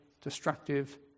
destructive